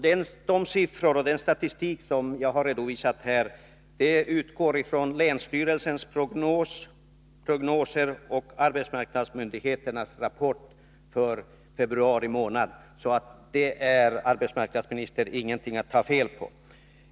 De siffror och den statistik jag redovisat här utgår från länsstyrelsens prognoser och arbetsmarknadsmyndigheternas rapport för februari månad. Det är alltså, arbetsmarknadsministern, ingenting att ta fel på.